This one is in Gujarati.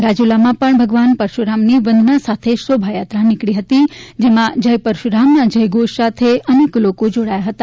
રાજુલામાં પણ ભગવાન પરશુરામની વંદના સાથે શોભાયાત્રા નીકળી હતી જેમાં જય પરશુરામના જયઘોષ સાથે અનેક લોકો જોડાયા હતા